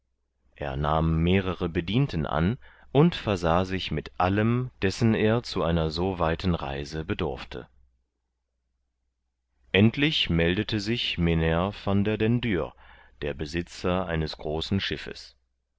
er nahm mehrere bedienten an und versah sich mit allem dessen er zu einer so weiten reise bedurfte endlich meldete sich mynheer van der dendur der besitzer eines großen schiffes